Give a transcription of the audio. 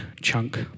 chunk